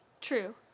True